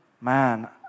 Man